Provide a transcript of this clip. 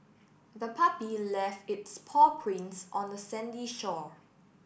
the puppy left its paw prints on the sandy shore